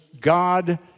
God